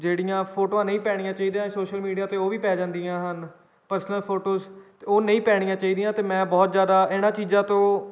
ਜਿਹੜੀਆਂ ਫੋਟੋਆਂ ਨਹੀਂ ਪੈਣੀਆਂ ਚਾਹੀਦੀਆਂ ਸੋਸ਼ਲ ਮੀਡੀਆ 'ਤੇ ਉਹ ਵੀ ਪੈ ਜਾਂਦੀਆਂ ਹਨ ਪਰਸਨਲ ਫੋਟੋਜ ਅਤੇ ਉਹ ਨਹੀਂ ਪੈਣੀਆਂ ਚਾਹੀਦੀਆਂ ਅਤੇ ਮੈਂ ਬਹੁਤ ਜ਼ਿਆਦਾ ਇਹਨਾਂ ਚੀਜ਼ਾਂ ਤੋਂ